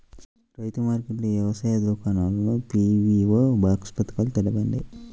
రైతుల మార్కెట్లు, వ్యవసాయ దుకాణాలు, పీ.వీ.ఓ బాక్స్ పథకాలు తెలుపండి?